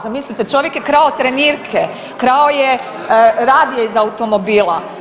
Zamislite čovjek je krao trenirke, krao je radije iz automobila.